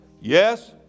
yes